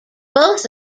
both